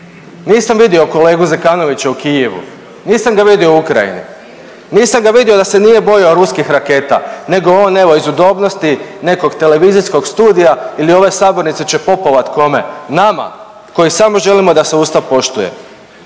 Nisam vidio kolegu Zekanovića u Kijevu, nisam ga vidio u Ukrajini, nisam ga vidio da se nije bojao ruskih raketa nego on evo iz udobnosti nekog televizijskog studija ili ove sabornice će popovati kome, nama koji samo želimo da se Ustav poštuje.